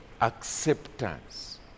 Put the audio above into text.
acceptance